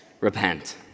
repent